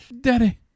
Daddy